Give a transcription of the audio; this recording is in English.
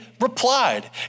replied